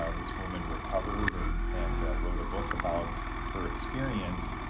um this woman recovered and and wrote a book about her experience,